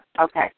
Okay